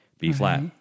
B-flat